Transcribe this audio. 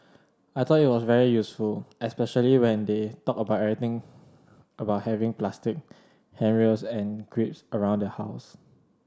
I thought it was very useful especially when they talked about everything about having plastic handrails and grips around the house